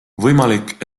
võimalik